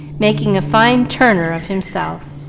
making a fine turner of himself.